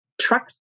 truck